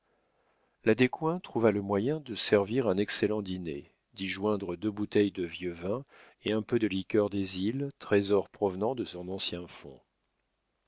la descoings trouva le moyen de servir un excellent dîner d'y joindre deux bouteilles de vieux vin et un peu de liqueur des îles trésor provenant de son ancien fonds